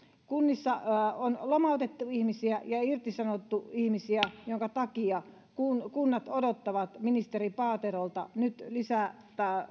kunnissa on lomautettu ihmisiä ja irtisanottu ihmisiä minkä takia kunnat odottavat ministeri paaterolta nyt lisää